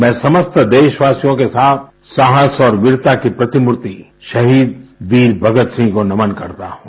मैं समस्त देशवासियों के साथ साहस और वीरता की प्रतिमूर्ति शहीद वीर भगतसिंह को नमन करता हूँ